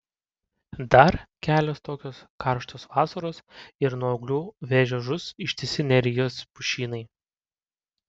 dar kelios tokios karštos vasaros ir nuo ūglių vėžio žus ištisi nerijos pušynai